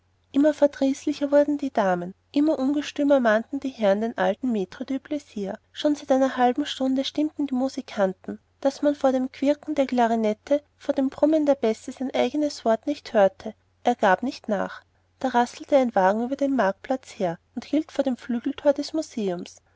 immer verdrießlicher wurden die damen immer ungestümer mahnten die herren den alten matre de plaisir schon seit einer halben stunde stimmten die musikanten daß man vor dem quieken der klarinette vor dem brummen der bässe sein eigenes wort nicht hörte er gab nicht nach da rasselte ein wagen über den marktplatz her und hielt vor dem flügeltor des museums